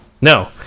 no